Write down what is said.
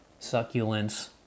succulents